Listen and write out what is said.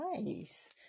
Nice